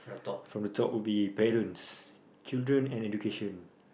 from the top would be parents children education